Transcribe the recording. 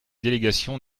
délégation